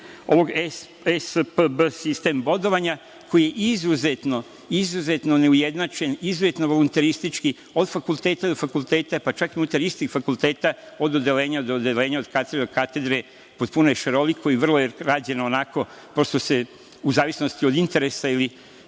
ovog ESPB sistema bodovanja koji je izuzetno, izuzetno neujednačen, izuzetno voluntaristički od fakulteta do fakulteta, pa čak i unutar istih fakulteta, od odeljenja do odeljenja, od katedre do katedre, potpuno je šaroliko i vrlo je rađeno onako, pošlo se u zavisnosti od interesa ili